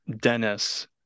Dennis